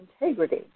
integrity